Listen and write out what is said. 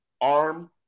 arm